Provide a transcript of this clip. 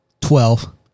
Twelve